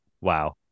wow